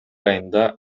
айында